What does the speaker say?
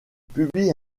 publie